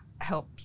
help